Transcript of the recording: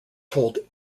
told